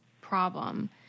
problem